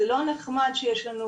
זה לא נחמד שיש לנו